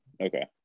Okay